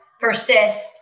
persist